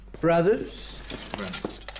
Brothers